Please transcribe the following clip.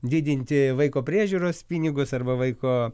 didinti vaiko priežiūros pinigus arba vaiko